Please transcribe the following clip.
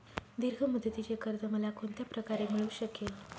दीर्घ मुदतीचे कर्ज मला कोणत्या प्रकारे मिळू शकेल?